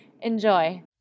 Enjoy